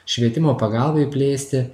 švietimo pagalbai plėsti